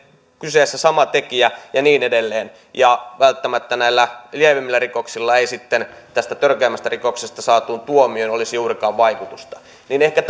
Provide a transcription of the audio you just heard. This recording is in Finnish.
kyseessä sama tekijä ja niin edelleen ja välttämättä näillä lievemmillä rikoksilla ei sitten tästä törkeämmästä rikoksesta saatuun tuomioon olisi juurikaan vaikutusta ehkä